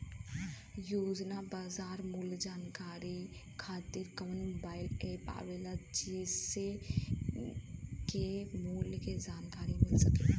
रोजाना बाजार मूल्य जानकारी खातीर कवन मोबाइल ऐप आवेला जेसे के मूल्य क जानकारी मिल सके?